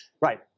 right